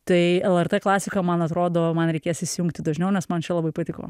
tai lrt klasiką man atrodo man reikės įsijungti dažniau nes man čia labai patiko